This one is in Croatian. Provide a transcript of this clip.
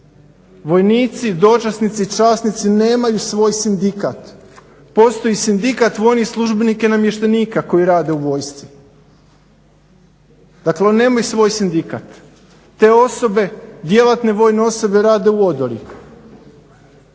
vojnici, dočasnici, časnici nemaju svoj sindikat. Postoji sindikat vojnih službenika i namještenika koji rade u vojsci. Dakle, oni nemaju svoj sindikat. Te osobe, djelatne vojne osobe rade u odori.